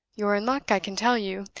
you're in luck, i can tell you.